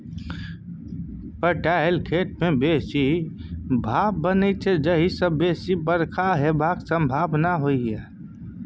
पटाएल खेत मे बेसी भाफ बनै छै जाहि सँ बेसी बरखा हेबाक संभाबना